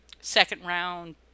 second-round